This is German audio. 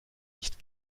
nicht